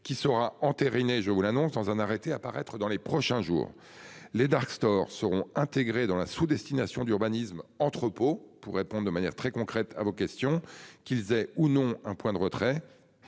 qui sera entérinée. Je vous l'annonce, dans un arrêté à paraître dans les prochains jours les dark stores seront intégrées dans la sous-destination d'urbanisme entrepôt pour répond de manière très concrète à vos questions. Qu'ils aient ou non un point de retrait.